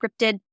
scripted